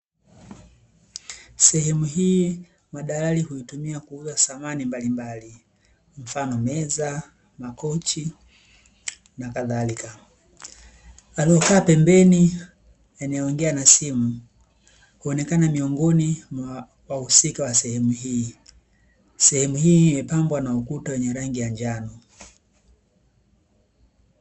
Sehemu hii madalali hutumia kuuza samani mbalimbali mfano: meza, makochi na kadhalika. Aliyekaa pembeni anaongea na simu, huonekana miongoni mwa wahusika wa sehemu hii. Sehemu hii imepambwa na ukuta wenye rangi ya njano.